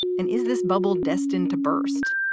and is this bubble destined to burst?